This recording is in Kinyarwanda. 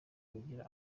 kugira